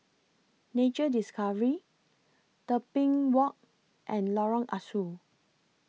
Nature Discovery Tebing Walk and Lorong Ah Soo